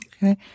Okay